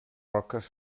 roques